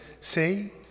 Say